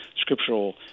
scriptural